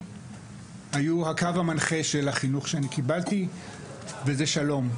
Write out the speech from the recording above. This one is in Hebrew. היו הקו המנחה של החינוך שאני קיבלתי וזה שלום.